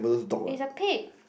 is a pit